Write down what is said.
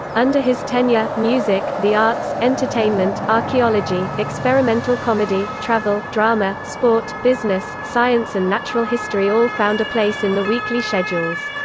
under his tenure, music, the arts, entertainment, archaeology, experimental comedy, travel, drama, sport, business, science and natural history all found a place in the weekly schedules.